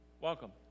welcome